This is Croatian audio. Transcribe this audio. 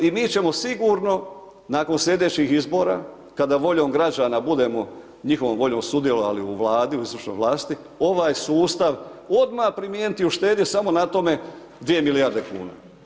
I mi ćemo sigurno nakon slijedećih izbora, kada voljom građana budemo, njihovom voljom sudjelovali u vladi, u izvršnoj vlasti, ovaj sustav odmah primijeniti i uštedit samo na tome 2 milijarde kuna.